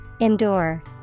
Endure